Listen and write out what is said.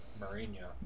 Mourinho